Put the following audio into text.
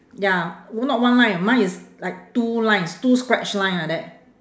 ya not one line mine is like two lines two scratch line like that